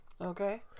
Okay